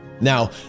Now